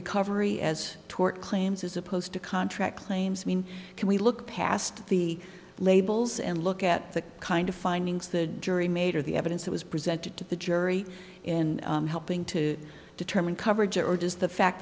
recovery as tort claims as opposed to contract claims i mean can we look past the labels and look at the kind of findings the jury made or the evidence that was presented to the jury in helping to determine coverage or does the fact